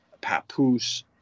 Papoose